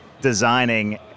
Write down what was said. designing